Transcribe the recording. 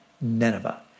Nineveh